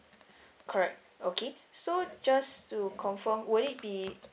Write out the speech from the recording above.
correct okay so just to confirm would it be